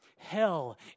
Hell